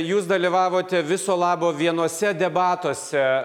jūs dalyvavote viso labo vienuose debatuose